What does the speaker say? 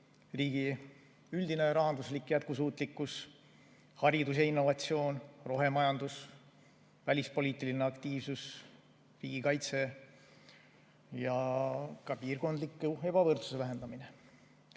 riigi üldine rahanduslik jätkusuutlikkus, haridus ja innovatsioon, rohemajandus, välispoliitiline aktiivsus, riigikaitse ja ka piirkondliku ebavõrdsuse vähendamine.